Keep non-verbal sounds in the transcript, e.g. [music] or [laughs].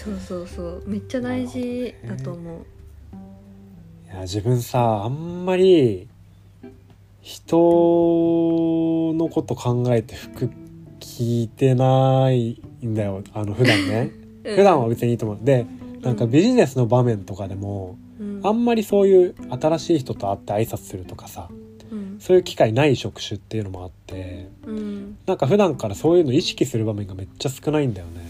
そうそうそう。めっちゃなるほどね。大事だと思う。いや、自分さ、あんまり人のこと考えて服着てないんだよ。あの、普段ね。 [laughs] うん。普段は別にいいと思う。で、なんかうん。ビジネスの場面とかでも、うん。あんまりそういう新しい人と会って挨拶するとかさ、うん。そういう機会ない職種っていうのもあって、うん。なんか普段からそういうの意識する場面がめっちゃ少ないんだよね。